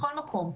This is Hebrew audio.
בכל מקום,